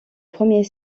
premier